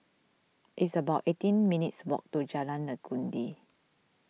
it's about eighteen minutes' walk to Jalan Legundi